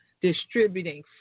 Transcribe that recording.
distributing